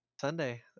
Sunday